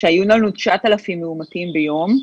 שהיו לנו 9,000 מאומתים ביום,